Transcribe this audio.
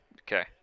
Okay